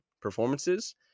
performances